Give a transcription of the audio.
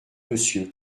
monsieur